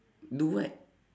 do what